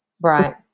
Right